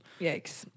Yikes